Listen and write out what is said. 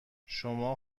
شما